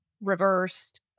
reversed